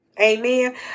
Amen